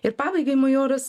ir pabaigai majoras